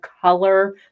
color